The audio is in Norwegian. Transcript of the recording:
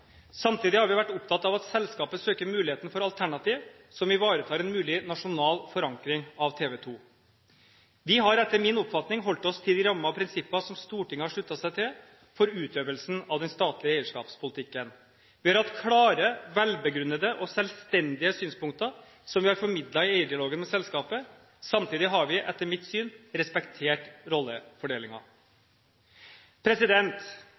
Samtidig har vi vært opptatt av at selskapet søker muligheter for alternativ som ivaretar en mulig nasjonal forankring av TV 2. Vi har etter min oppfatning holdt oss til de rammer og prinsipper som Stortinget har sluttet seg til for utøvelsen av den statlige eierskapspolitikken. Vi har hatt klare, velbegrunnede og selvstendige synspunkter som vi har formidlet i eierdialogen med selskapet. Samtidig har vi etter mitt syn respektert